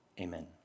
amen